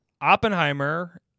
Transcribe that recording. Oppenheimer